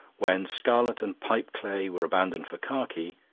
when scarlet and pipe-clay were abandoned for khaki,